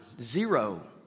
Zero